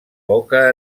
poca